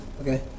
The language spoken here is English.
okay